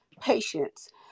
patients